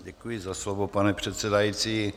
Děkuji za slovo, pane předsedající.